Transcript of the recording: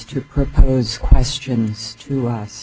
to propose questions to us